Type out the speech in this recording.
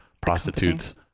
prostitutes